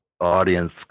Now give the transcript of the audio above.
audience